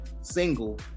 single